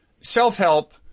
self-help